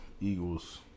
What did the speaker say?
Eagles